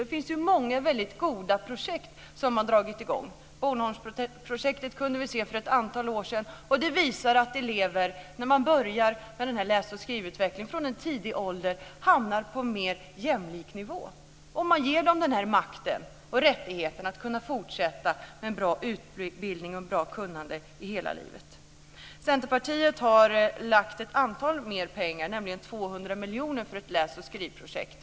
Det finns många väldigt goda projekt som har dragit igång. Vi kunde se Bornholmsprojektet för ett antal år sedan. Det visar att elever som börjar med läs och skrivutvecklingen från en tidig ålder hamnar på en mer jämlik nivå. Man ger dem makten och rättigheten att fortsätta med en bra utbildning och ha ett bra kunnande i hela livet. Centerpartiet har föreslagit mer pengar, nämligen 200 miljoner, för ett läsoch skrivprojekt.